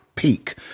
peak